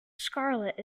scarlett